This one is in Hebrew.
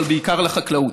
אבל בעיקר לחקלאות.